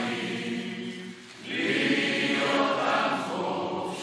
המדינה מאולם המליאה.) (תרועת חצוצרות)